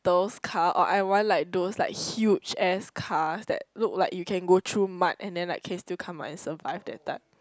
those car or I want like those like huge ass car that look like you can go through mud and then like case still come out and survive that type